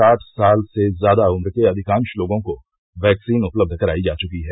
साठ साल से ज्यादा उम्र के अधिकांश लोगों को वैक्सीन उपलब्ध करायी जा चुकी है